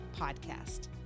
podcast